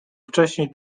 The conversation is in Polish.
wcześniej